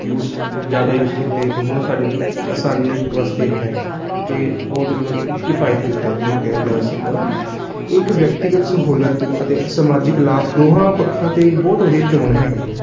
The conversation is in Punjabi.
ਯੂਸ ਜ਼ਿਆਦਾ ਯੂਜ਼ ਕੀਤੇ ਬਹੁਤ ਸਾਰੇ ਆਸਾਨੀ ਵਾਸਤੇ ਹੈ ਅਤੇ ਬਹੁਤ ਹੀ ਮਤਲਬ ਕਿਫਾਇਤੀ ਹੈ ਜਿਹਨੂੰ ਕਿਹਾ ਜਾ ਸਕਦਾ ਇਹ ਇੱਕ ਵਿਅਕਤੀਗਤ ਸਹੂਲਤ ਲ ਅਤੇ ਸਮਾਜਿਕ ਲਾਭ ਦੋਹਾਂ ਪੱਖਾਂ ਤੋਂ ਬਹੁਤ ਵਧੀਆ ਚੋਣ ਹੈਗੀ ਆ